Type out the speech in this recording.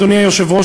אדוני היושב-ראש,